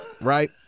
right